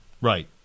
Right